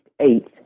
eight